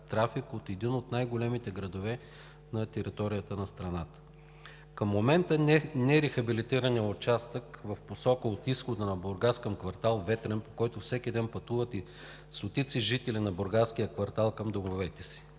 трафик от един от най-големите градове на територията на страната. Към момента нерехабилитираният участък е в посока от изхода на Бургас към квартал „Ветрен“, по който всеки ден пътуват стотици жители на бургаския квартал към домовете си.